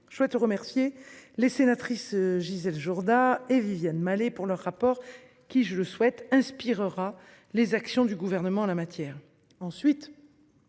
je souhaite remercier les sénatrices Gisèle Jourda et Viviane Malet pour leur rapport qui, je le souhaite inspirera les actions du gouvernement en la matière